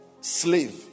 slave